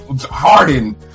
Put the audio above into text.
Harden